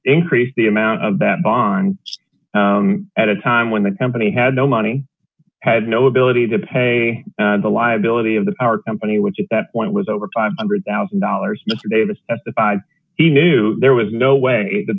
increased the amount of that bond at a time when the company had no money had no ability to pay the liability of the power company which at that point was over five hundred thousand dollars mr davis testified he knew there was no way that